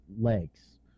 legs